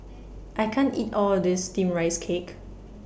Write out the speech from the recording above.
I can't eat All of This Steamed Rice Cake